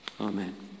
Amen